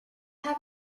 have